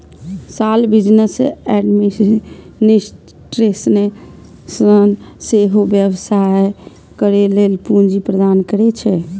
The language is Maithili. स्माल बिजनेस एडमिनिस्टेशन सेहो व्यवसाय करै लेल पूंजी प्रदान करै छै